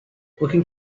looking